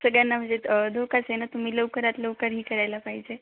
सगळ्यांना म्हणजेच धोकाच आहे ना तुम्ही लवकरात लवकर ही करायला पाहिजे